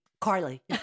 Carly